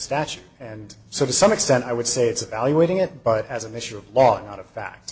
statute and so to some extent i would say it's a value waiting at but as an issue of law and not a fact